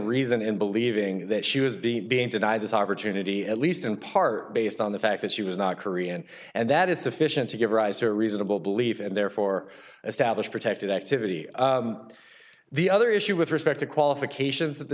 reason in believing that she was be being denied this opportunity at least in part based on the fact that she was not korean and that is sufficient to give rise to reasonable belief and therefore establish protected activity the other issue with respect to qualifications that the